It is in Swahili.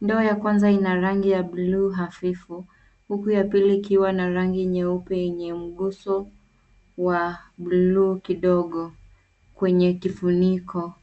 Ndoo ya kwanza ina rangi ya bluu hafifu, huku ya pili ikiwa na rangi nyeupe yenye mguso wa bluu kidogo kwenye kifuniko.